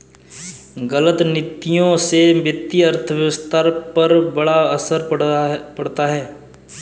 गलत नीतियों से वित्तीय अर्थव्यवस्था पर बड़ा असर पड़ता है